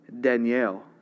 Danielle